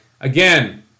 Again